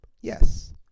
Yes